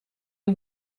you